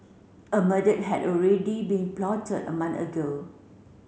a murder had already been plotted a month ago